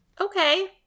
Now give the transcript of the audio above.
Okay